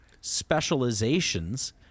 specializations